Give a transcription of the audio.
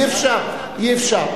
אי-אפשר, אי-אפשר.